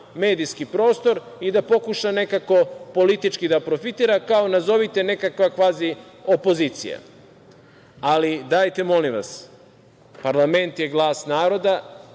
medijski prostor i da pokuša nekako politički da profitira kao, nazovite, nekakva kvazi opozicija. Dajte, molim vas, parlament je glas naroda